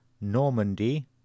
Normandy